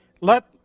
Let